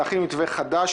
להכין מתווה חדש,